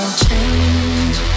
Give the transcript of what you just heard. change